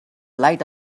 light